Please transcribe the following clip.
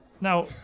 Now